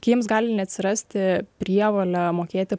kitiems gali neatsirasti prievolę mokėti